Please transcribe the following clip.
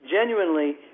genuinely